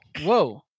whoa